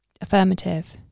Affirmative